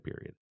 period